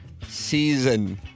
Season